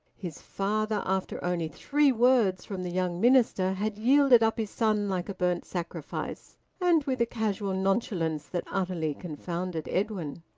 his father, after only three words from the young minister, had yielded up his son like a burnt sacrifice and with a casual nonchalance that utterly confounded edwin.